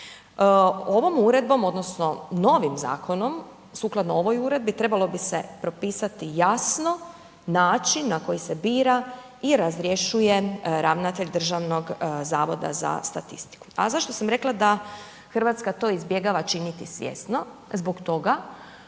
Ovom uredbom odnosno novim zakonom sukladno ovoj uredbi trebalo bi se propisati jasno način na koji se bira i razrješuje ravnatelj Državnog zavoda za statistiku. A zašto sam rekla da Hrvatska to izbjegava činiti svjesno? Zbog toga